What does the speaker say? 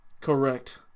Correct